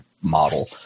model